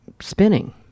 spinning